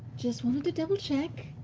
just wanted to double check!